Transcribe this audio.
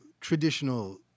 traditional